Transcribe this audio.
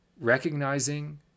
recognizing